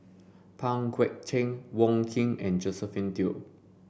Pang Guek Cheng Wong Keen and Josephine Teo